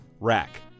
Rack